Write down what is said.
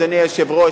אדוני היושב-ראש,